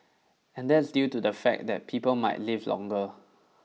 and that's due to the fact that people might live longer